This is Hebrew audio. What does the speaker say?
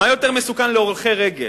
מה יותר מסוכן להולכי רגל?